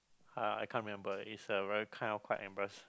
uh I can't remember it's a very kind of quite